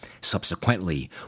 Subsequently